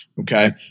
okay